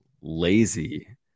lazy